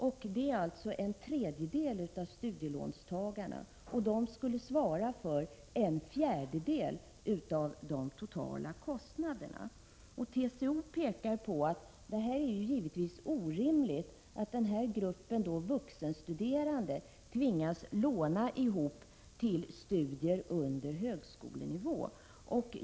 De utgör alltså en tredjedel av studielåntagarna, och de skulle svara för en fjärdedel av de totala kostnaderna. TCO framhåller att det givetvis är orimligt att denna grupp vuxenstuderande tvingas låna ihop till studier under högskolenivå.